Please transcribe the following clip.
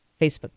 Facebook